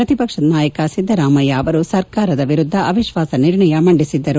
ಪ್ರತಿ ಪಕ್ಷದ ನಾಯಕ ಸಿದ್ದರಾಮಯ್ಯ ಅವರು ಸರ್ಕಾರದ ವಿರುದ್ದ ಅವಿತ್ನಾಸ ನಿರ್ಣಯ ಮಂಡಿಸಿದ್ದರು